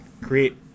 create